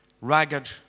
ragged